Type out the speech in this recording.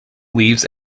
leaves